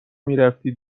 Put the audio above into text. میرفتی